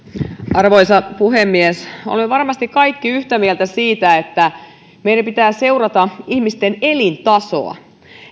arvoisa puhemies olemme varmasti kaikki yhtä mieltä siitä että meidän pitää seurata ihmisten elintasoa